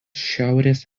šiaurės